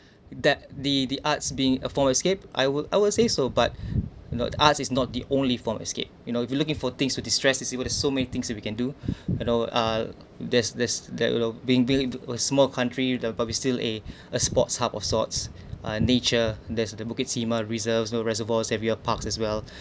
that the the arts being a form escape I will I will say so but you know arts is not the only form escape you know you're looking for things to distress we will have so many things that we can do and all uh there's there's that's we are being being in a small country but we still eh a sports hub of sorts uh nature there's the bukit-timah reserves also reservoirs savvy of parks as well